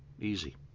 easy